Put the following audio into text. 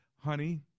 honey